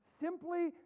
simply